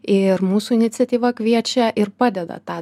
ir mūsų iniciatyva kviečia ir padeda tą